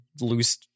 loose